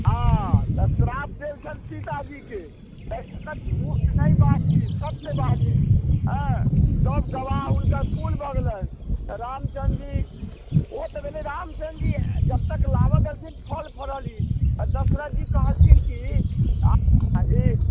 हँ तऽ सराप देल छन सीताजीके ताहि लऽ कऽ झूठ नहि बाजी सत्य बाजी एँ सब गवाह हुनकर फूल भऽ गेलनि रामचन्द्र जी ओ तऽ भेलै रामचन्द्र जी जबतक लाबऽ गेलथिन फल फलहरी तऽ दशरथ जी कहलखिन की आ ई